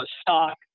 stock